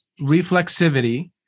reflexivity